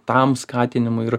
tam skatinimui ir